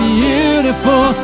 beautiful